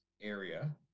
area